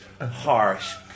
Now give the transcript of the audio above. harsh